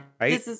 right